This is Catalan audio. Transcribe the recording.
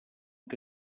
que